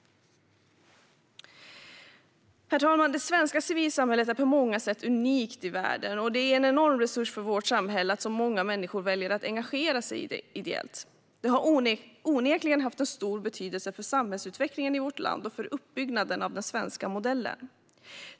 Herr talman! Det svenska civilsamhället är på många sätt unikt i världen, och det är en enorm resurs för vårt samhälle att så många människor väljer att engagera sig ideellt. Det har onekligen haft en stor betydelse för samhällsutvecklingen i vårt land och för uppbyggnaden av den svenska modellen.